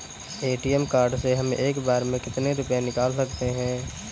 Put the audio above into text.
ATM card से हम एक बार में कितने रुपये निकाल सकते हैं?